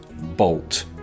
Bolt